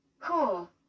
Cool